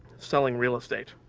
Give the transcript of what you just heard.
selling real estate.